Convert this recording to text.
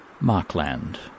Markland